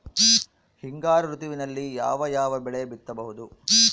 ಹಿಂಗಾರು ಋತುವಿನಲ್ಲಿ ಯಾವ ಯಾವ ಬೆಳೆ ಬಿತ್ತಬಹುದು?